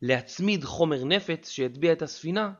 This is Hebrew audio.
להצמיד חומר נפץ שהטבע את הספינה